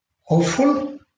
hopeful